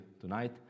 tonight